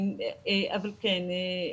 אבל כן,